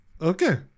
okay